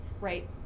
right